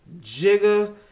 Jigga